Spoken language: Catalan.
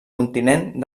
continent